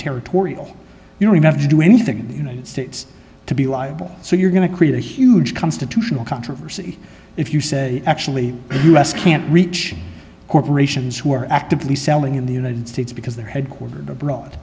territorial you know you have to do anything in the united states to be liable so you're going to create a huge constitutional controversy if you say actually the u s can't reach corporations who are actively selling in the united states because they're headquartered abroad